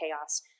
chaos